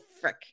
frick